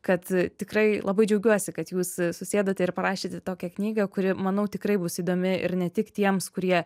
kad tikrai labai džiaugiuosi kad jūs susėdote ir parašėte tokią knygą kuri manau tikrai bus įdomi ir ne tik tiems kurie